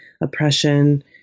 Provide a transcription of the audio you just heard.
oppression